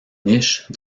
niche